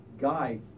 guide